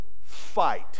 fight